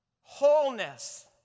wholeness